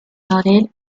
noted